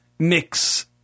Mix